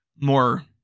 more